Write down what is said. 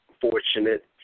fortunate